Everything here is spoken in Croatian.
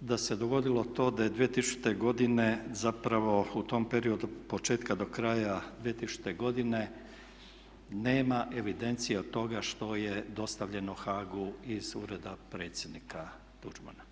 da se dogodilo to da je 2000. godine zapravo u tom periodu početka do kraja 2000. godine nema evidencije o tome što je dostavljeno Haagu iz Ureda predsjednika Tuđmana.